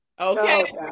Okay